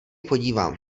podívám